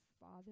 Father